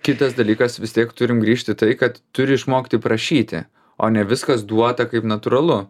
kitas dalykas vis tiek turim grįžt į tai kad turi išmokti prašyti o ne viskas duota kaip natūralu